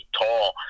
tall